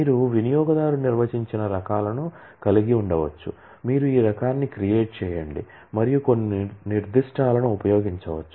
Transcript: మీరు వినియోగదారు నిర్వచించిన రకాలను కలిగి ఉండవచ్చు మీరు ఈ రకాన్ని క్రియేట్ చేయండి మరియు కొన్ని నిర్దిష్టాలను ఉపయోగించవచ్చు